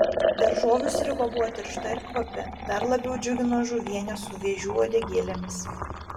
daržovių sriuba buvo tiršta ir kvapi dar labiau džiugino žuvienė su vėžių uodegėlėmis